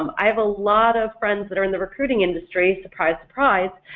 um i have a lot of friends that are in the recruiting industry, surprise surprise,